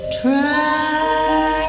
try